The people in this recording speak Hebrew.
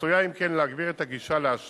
עשויה אם כן להגביר את הגישה לאשראי